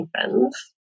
friends